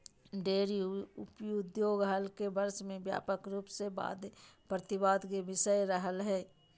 dairy उद्योग हाल के वर्ष में व्यापक रूप से वाद प्रतिवाद के विषय रहलय हें